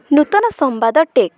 ନୂତନ ସମ୍ବାଦ ଟେକ୍